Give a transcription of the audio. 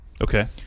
Okay